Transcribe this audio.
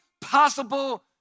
possible